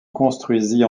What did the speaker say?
construisit